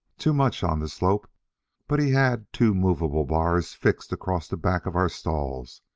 too much on the slope but he had two movable bars fixed across the back of our stalls,